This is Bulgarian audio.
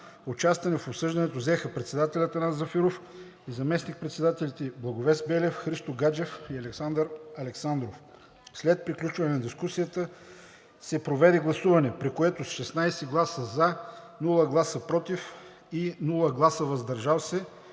участие в обсъждането взеха председателят Атанас Зафиров и заместник-председателите Благовест Белев, Христо Гаджев и Александър Александров. След приключване на дискусията се проведе гласуване, при което с 16 гласа „за“, без гласове „против“ и „въздържал се“